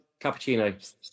cappuccino